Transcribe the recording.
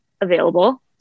available